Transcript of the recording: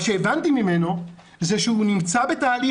מה שהבנתי ממנו זה שהוא נמצא בתהליך